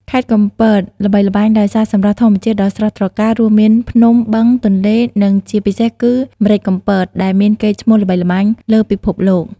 ខេត្តកំពតល្បីល្បាញដោយសារសម្រស់ធម្មជាតិដ៏ស្រស់ត្រកាល រួមមានភ្នំ បឹង ទន្លេ និងជាពិសេសគឺ ម្រេចកំពត ដែលមានកេរ្តិ៍ឈ្មោះល្បីល្បាញលើពិភពលោក។